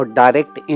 direct